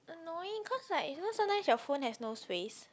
annoying cause like you know sometimes your phone has no space